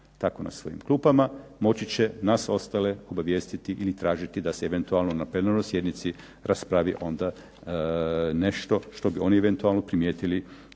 tako na svojim klupama, moći će nas ostale obavijestiti ili tražiti da se eventualno na plenarnoj sjednici raspravi onda nešto što bi oni eventualno primjetili